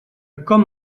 com